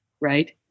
right